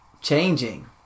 changing